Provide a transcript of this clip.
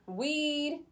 weed